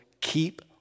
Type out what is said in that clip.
keep